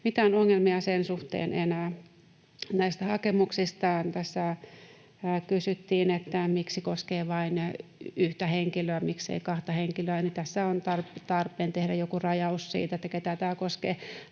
mitään ongelmia sen suhteen enää. Näistä hakemuksista tässä kysyttiin, miksi tämä koskee vain yhtä henkilöä, miksei kahta henkilöä. Tässä on tarpeen tehdä joku rajaus siitä, ketä tämä koskee.